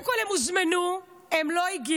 קודם כול הם הוזמנו, הם לא הגיעו.